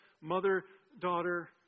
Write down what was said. mother-daughter